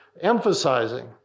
emphasizing